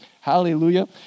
Hallelujah